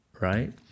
right